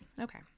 Okay